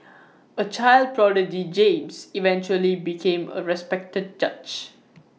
A child prodigy James eventually became A respected judge